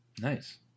Nice